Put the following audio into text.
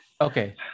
Okay